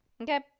Okay